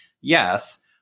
yes